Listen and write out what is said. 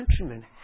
countrymen